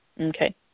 Okay